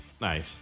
Nice